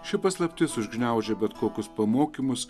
ši paslaptis užgniaužė bet kokius pamokymus